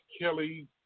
Kelly